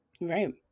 Right